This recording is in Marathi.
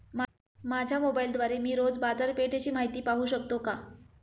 माझ्या मोबाइलद्वारे मी रोज बाजारपेठेची माहिती पाहू शकतो का?